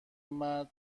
مرد